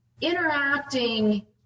interacting